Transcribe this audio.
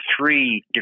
three